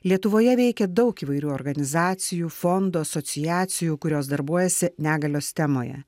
lietuvoje veikia daug įvairių organizacijų fondų asociacijų kurios darbuojasi negalios temoje